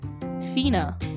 Fina